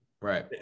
right